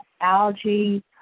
Algae